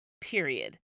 period